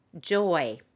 joy